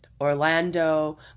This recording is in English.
orlando